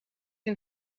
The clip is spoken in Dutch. een